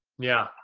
yeah,